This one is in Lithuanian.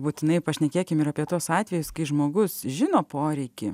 būtinai pašnekėkim ir apie tuos atvejus kai žmogus žino poreikį